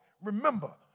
Remember